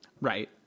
right